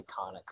iconic